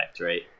right